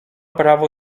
prawo